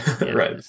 right